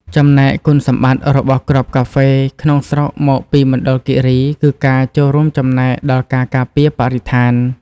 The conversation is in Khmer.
ចំណែក គុណសម្បត្តិរបស់គ្រាប់កាហ្វេក្នុងស្រុកមកពីមណ្ឌលគិរី គឺ ការចូលរួមចំណែកដល់ការការពារបរិស្ថាន។